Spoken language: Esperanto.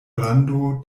rando